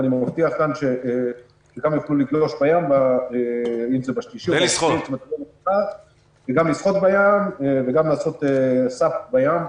ואני מבטיח כאן שיוכלו לגלוש בים וגם לשחות בים וגם לעשות סאפ בים.